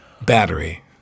battery